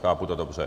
Chápu to dobře?